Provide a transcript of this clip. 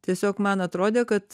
tiesiog man atrodė kad